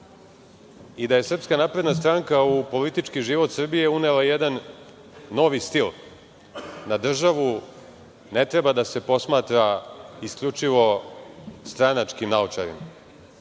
da jeste i da je SNS u politički život Srbije unela jedan novi stil. Na državu ne treba da se posmatra isključivo stranačkim naočarima.